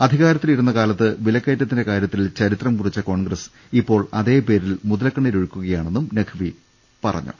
അധികാരത്തിലിരുന്ന കാലത്ത് വിലക്കയറ്റത്തിന്റെ കാര്യ ത്തിൽ ചരിത്രം കുറിച്ച കോൺഗ്രസ് ഇപ്പോൾ അതേപേരിൽ മുതലക്ക ണ്ണീരൊഴുക്കുകയാണെന്നും നഖ്വി പറഞ്ഞു